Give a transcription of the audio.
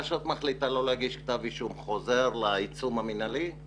מה שאת מחליטה לא להגיש כתב אישום חוזר לעיצום המינהלי?